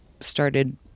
started